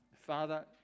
father